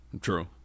True